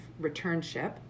returnship